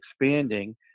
expanding